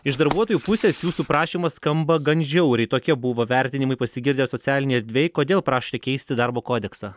iš darbuotojų pusės jūsų prašymas skamba gan žiauriai tokie buvo vertinimai pasigirdę socialinėj erdvėj kodėl prašėte keisti darbo kodeksą